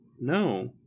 No